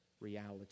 reality